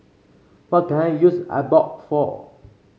what can I use Abbott for